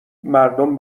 مردم